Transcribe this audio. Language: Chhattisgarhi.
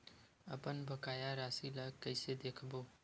अपन बकाया राशि ला कइसे देखबो?